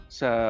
sa